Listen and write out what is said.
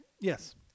Yes